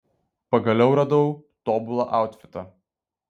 pagaliau radau tobulą autfitą